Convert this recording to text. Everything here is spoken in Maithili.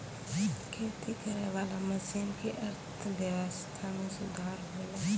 खेती करै वाला मशीन से अर्थव्यबस्था मे सुधार होलै